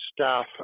staff